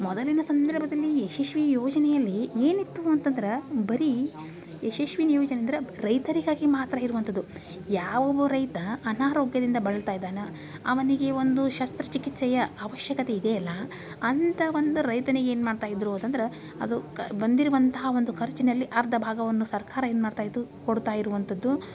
ಮೊದಲಿನ ಸಂದರ್ಭದಲ್ಲಿ ಯಶಸ್ವಿ ಯೋಜನೆಯಲ್ಲಿ ಏನಿತ್ತು ಅಂತಂದ್ರೆ ಬರೀ ಯಶಸ್ವಿನಿ ಯೋಜನೆ ಅಂದ್ರೆ ರೈತರಿಗಾಗಿ ಮಾತ್ರ ಇರುವಂಥದ್ದು ಯಾವ ರೈತ ಅನಾರೋಗ್ಯದಿಂದ ಬಳಲ್ತಾ ಇದಾನ ಅವನಿಗೆ ಒಂದು ಶಸ್ತ್ರಚಿಕಿತ್ಸೆಯ ಆವಶ್ಯಕತೆ ಇದೆ ಅಲ್ಲ ಅಂತ ಒಂದು ರೈತನಿಗೆ ಏನು ಮಾಡ್ತಾ ಇದ್ದರು ಅಂತಂದ್ರೆ ಅದು ಕ ಬಂದಿರುವಂಥ ಒಂದು ಖರ್ಚಿನಲ್ಲಿ ಅರ್ಧ ಭಾಗವನ್ನು ಸರ್ಕಾರ ಏನು ಮಾಡ್ತಾ ಇತ್ತು ಕೊಡ್ತಾ ಇರುವಂಥದ್ದು